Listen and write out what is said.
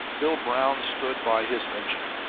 bill brown stood by his engine,